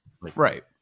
Right